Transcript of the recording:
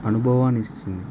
అనుభవాన్ని ఇస్తుంది